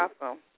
awesome